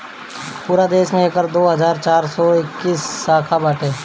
पूरा देस में एकर दो हज़ार चार सौ इक्कीस शाखा बाटे